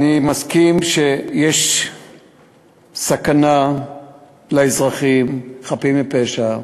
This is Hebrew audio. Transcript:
אני מסכים שיש סכנה לאזרחים חפים מפשע,